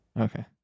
Okay